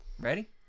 ready